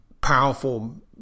powerful